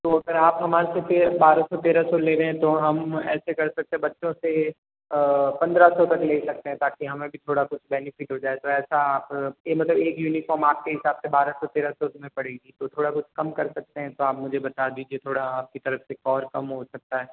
तो अगर आप हमारे से बारह सौ तेरह सौ ले रहे तो हम ऐसे कर सकते है बच्चो से पंद्रह सौ तक ले सकते हैं ताकि हमें भी थोड़ा कुछ बेनिफिट हो जाए तो ऐसा आप मतलब एक यूनिफाॅर्म आपके हिसाब से बारह सौ तेरह सौ में पड़ेगी तो थोड़ा बहुत कम कर सकते हैं तो आप मुझे बता दीजिए थोड़ा आपकी तरफ से और कम हो सकता है क्या